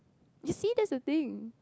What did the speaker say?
you see that's the thing